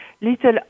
Little